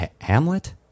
hamlet